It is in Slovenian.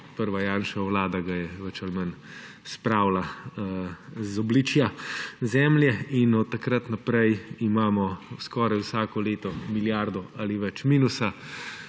prva Janševa Vlada ga je več ali manj spravila z obličja zemlje. Od takrat naprej imamo skoraj vsako leto milijardo ali več minusa.